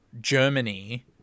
Germany